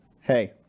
hey